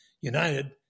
United